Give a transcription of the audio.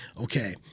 okay